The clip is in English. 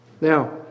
Now